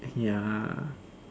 ya